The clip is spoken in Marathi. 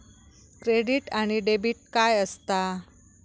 क्रेडिट आणि डेबिट काय असता?